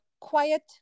quiet